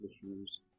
issues